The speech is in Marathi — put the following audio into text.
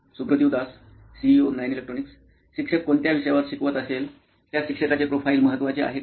सुप्रतीव दास सीटीओ नॉइन इलेक्ट्रॉनिक्स शिक्षक कोणत्या विषयावर शिकवत असेल त्या शिक्षकाचे प्रोफाइल महत्वाचे आहे का